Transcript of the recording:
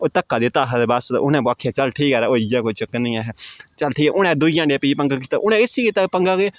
ओह् धक्का दित्ता हा ते बस उ'नें आखेआ चल ठीक ऐ यरा होइया कोई चक्कर निं ऐहें चल ठीक ऐ उ'नें दूइया हांडियै भी पंगा कीता उ'नें इसी कीता पंगा कि